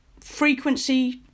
frequency